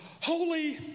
holy